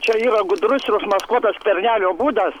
čia yra gudrus ir užmaskuotas skvernelio būdas